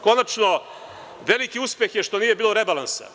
Konačno, veliki uspeh je što nije bilo rebalansa.